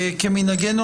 כמנהגנו,